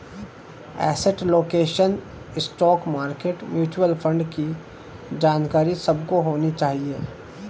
asset allocation, stock market, mutual fund की जानकारी सबको होनी चाहिए